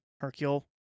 Hercule